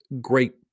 great